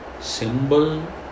symbol